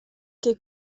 que